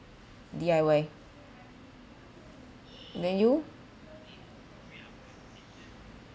D_I_Y then you